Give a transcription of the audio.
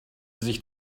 sich